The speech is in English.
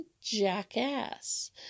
Jackass